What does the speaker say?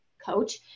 coach